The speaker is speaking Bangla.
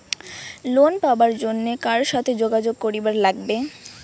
লোন পাবার জন্যে কার সাথে যোগাযোগ করিবার লাগবে?